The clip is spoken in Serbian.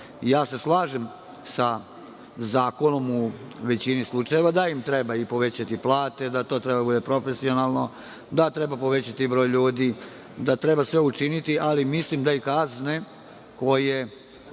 zavod. Slažem se sa zakonom u većini slučajeva, da im treba i povećati plate, da to treba da bude profesionalno, da treba povećati broj ljudi, da treba sve učiniti, ali mislim da i kazne koje